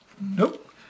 Nope